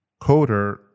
coder